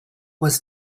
was